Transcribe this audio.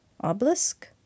Obelisk